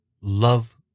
love